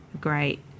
great